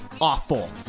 awful